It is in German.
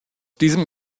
diesem